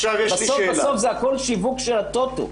בסוף, זה הכול שיווק של הטוטו.